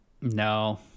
No